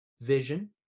vision